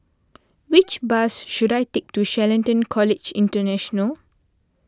which bus should I take to Shelton College International